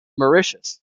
mauritius